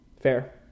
Fair